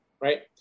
Right